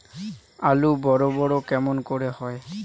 আলু বড় বড় কেমন করে হয়?